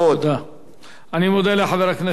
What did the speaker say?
אני מודה לחבר הכנסת עפו אגבאריה.